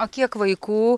a kiek vaikų